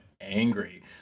angry